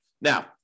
Now